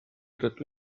rydw